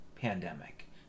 pandemic